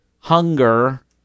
hunger